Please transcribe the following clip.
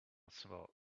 swell